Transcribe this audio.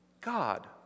God